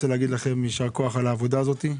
רוצה לומר לכם יישר כוח על העבודה הזאת.